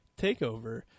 takeover